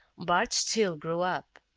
bart steele grew up.